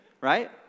right